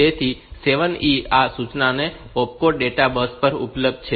તેથી 7E આ સૂચનાનો ઓપકોડ ડેટા બસ પર ઉપલબ્ધ છે